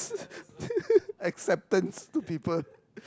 except